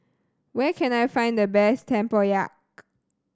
where can I find the best Tempoyak